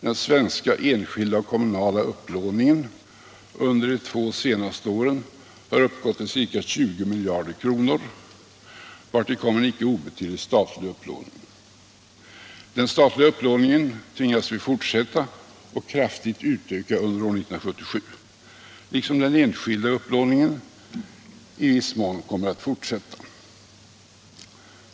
Den svenska enskilda och kommunala upplåningen under de två senaste åren har uppgått till ca 20 miljarder kronor, vartill kommer en inte obetydlig statlig upplåning. Den statliga upplåningen tvingas vi fortsätta och kraftigt utöka under år 1977, liksom den enskilda upplåningen i viss mån kommer att fortsätta.